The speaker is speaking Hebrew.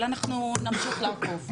אבל אנחנו נמשיך לעקוב.